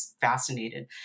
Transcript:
fascinated